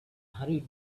hurried